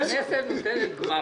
הכנסת נותנת גמ"ח.